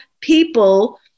people